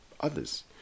others